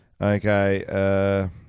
Okay